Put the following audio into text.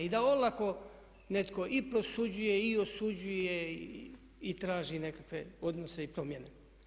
I da olako netko i prosuđuje i osuđuje i traži nekakve odnose i promjene.